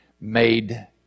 made